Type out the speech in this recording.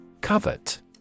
Covet